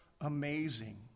amazing